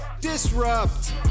Disrupt